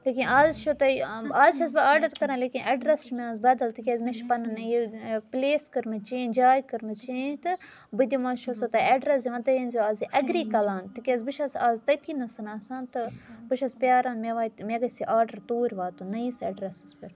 لیکِن آز چھُ تۄہہِ آز چھَس بہٕ آرڈَر کَران لیکِن ایٚڈرَس چھُ مےٚ آز بَدَل تِکیٛازِ مےٚ چھِ پَنُن یہِ پٕلیس کٔرمٕژ چینٛج جاے کٔرمٕژ چینٛج تہٕ بہٕ دِوان چھَسو تۄہہِ ایٚڈریٚس دِوان تُہۍ أنۍ زیٚو آز یہِ ایٚگری کَلان تِکیٛازِ بہٕ چھَس اَز تٔتی نَسَن آسان تہٕ بہٕ چھَس پیٛاران مےٚ واتہِ مےٚ گژھِ یہِ آرڈَر توٗرۍ واتُن نٔیِس ایٚڈرَسَس پیٚٹھ